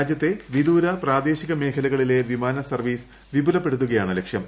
രാജ്യത്തെ വിദൂര പ്രാദേശിക മേഖലകളിലെ വിമാന സർവ്വീസ് വിപുലപ്പെടുത്തുകയാണ് ലക്ഷ്യം